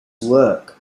work